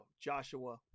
joshua